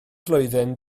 flwyddyn